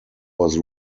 was